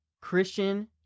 Christian